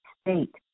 state